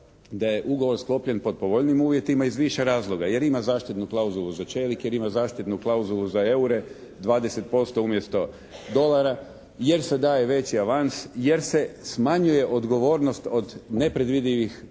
da je ugovor sklopljen pod povoljnijim uvjetima iz više razloga, jer ima zaštitnu klauzulu za čelik, jer ima zaštitnu klauzulu za eure 20% umjesto dolara, jer se daje veći avans, jer se smanjuje odgovornost od nepredvidivih